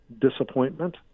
disappointment